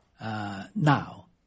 now